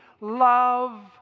Love